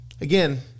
again